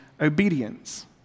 obedience